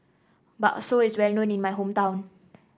bakso is well known in my hometown